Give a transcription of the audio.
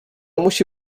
musi